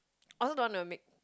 I also don't want to make